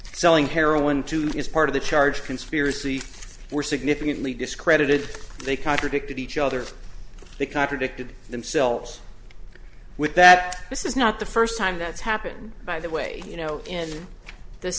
selling heroin today as part of the charge conspiracy were significantly discredited they contradicted each other they contradicted themselves with that this is not the first time that's happened by the way you know in this